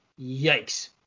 Yikes